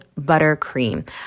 buttercream